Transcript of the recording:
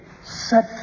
Set